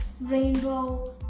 rainbow